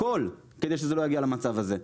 הכל כדי שזה לא יגיע למצב הזה,